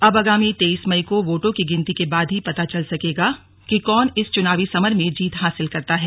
अब आगामी तेइस मई को वोटों की गिनती के बाद ही पता चल सकेगा कि कौन इस चुनावी समर में जीत हासिल करता है